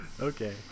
Okay